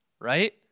right